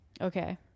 Okay